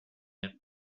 had